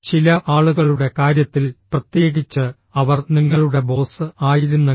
ചില ആളുകളുടെ കാര്യത്തിൽ പ്രത്യേകിച്ച് അവർ നിങ്ങളുടെ ബോസ് ആയിരുന്നെങ്കിൽ